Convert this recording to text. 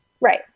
Right